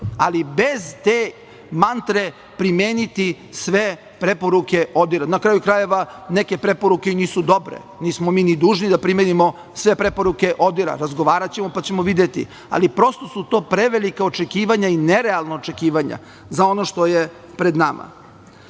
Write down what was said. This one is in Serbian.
ali bez te mantre primeniti sve preporuke ODIHR. Na kraju krajeva, neke preporuke i nisu dobre. Nismo mi ni dužni da primenimo sve preporuke ODIHR, razgovaraćemo, pa ćemo videti. Ali, prosto su to prevelika očekivanja i nerealna očekivanja za ono što je pred